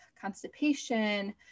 constipation